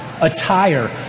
attire